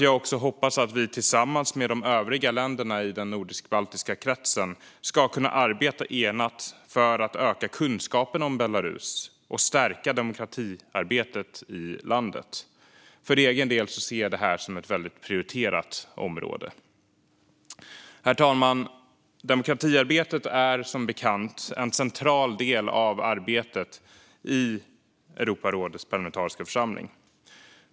Jag hoppas därför att vi tillsammans med de övriga länderna i den nordisk-baltiska kretsen ska kunna arbeta enat för att öka kunskapen om Belarus och stärka demokratiarbetet i landet. För egen del ser jag det som ett prioriterat område. Herr talman! Demokratiarbetet är som bekant en central del av arbetet i Europarådets parlamentariska församling.